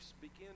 begin